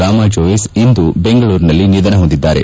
ರಾಮಾ ಜೋಯಿಸ್ ಇಂದು ಬೆಂಗಳೂರಿನಲ್ಲಿ ನಿಧನ ಹೊಂದಿದ್ದಾರೆ